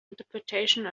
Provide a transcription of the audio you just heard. interpretations